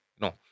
No